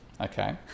okay